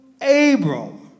Abram